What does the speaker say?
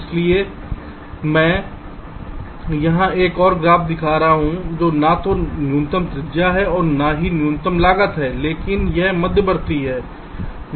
इसलिए मैं यहां एक और ग्राफ दिखा रहा हूं जो न तो न्यूनतम त्रिज्या है और न ही यह न्यूनतम लागत है लेकिन यह एक मध्यवर्ती है